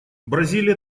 бразилия